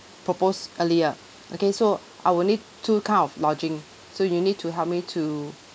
proposed earlier okay so I will need two kind of lodging so you need to help me to